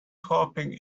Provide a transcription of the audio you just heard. hoping